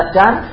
done